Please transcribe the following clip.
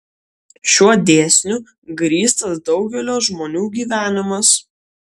šiuo dėsniu grįstas daugelio žmonių gyvenimas